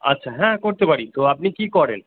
আচ্ছা হ্যাঁ করতে পারি তো আপনি কী করেন